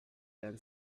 than